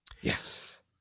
Yes